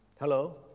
Hello